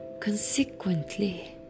consequently